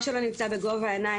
מה שלא נמצא בגובה העיניים,